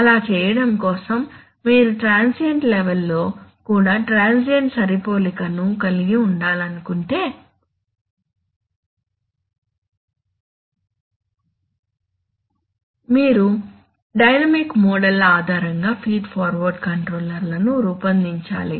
అలా చేయడం కోసం మీరు ట్రాన్సియెంట్ లెవెల్ లో కూడా ట్రాన్సియెంట్ సరిపోలికను కలిగి ఉండాలనుకుంటే మీరు డైనమిక్ మోడళ్ల ఆధారంగా ఫీడ్ఫార్వర్డ్ కంట్రోలర్లను రూపొందించాలి